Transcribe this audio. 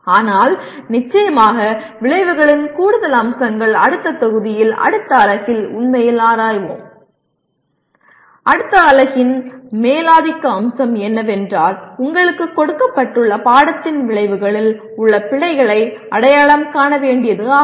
ஆனால் நிச்சயமாக விளைவுகளின் கூடுதல் அம்சங்கள் அடுத்த தொகுதியில் அடுத்த அலகில் உண்மையில் ஆராய்வோம் அடுத்த அலகின் மேலாதிக்க அம்சம் என்னவென்றால் உங்களுக்கு கொடுக்கப்பட்டுள்ள பாடத்தின் விளைவுகளில் உள்ள பிழைகளை அடையாளம் காண வேண்டியது ஆகும்